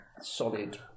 solid